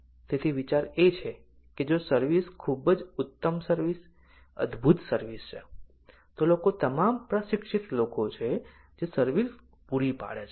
તેથી વિચાર એ છે કે જો સર્વિસ ખૂબ જ ઉત્તમ સર્વિસ અદભૂત સર્વિસ છે તો લોકો તમામ પ્રશિક્ષિત લોકો છે જે સર્વિસ પૂરી પાડે છે